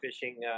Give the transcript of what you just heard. fishing